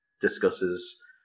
discusses